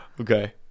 okay